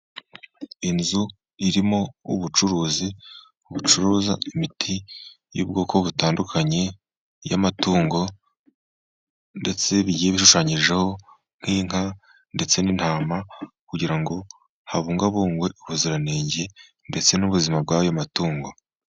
Inzu irimo ubucuruzi bucuruza imiti y'ubwoko butandukanye y'amatungo, ndetse bigiye bishushanyijeho nk'inka ndetse n'intama, kugira ngo habungwabungwe ubuziranenge ndetse n'ubuzima bw'ayo matungo.